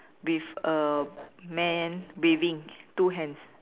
with a man waving two hands